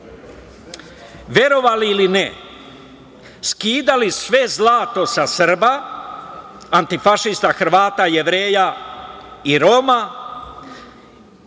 verovali ili ne, skidali sve zlato sa Srba, antifašista Hrvata, Jevreja i Roma